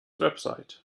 website